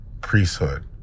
priesthood